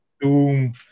Doom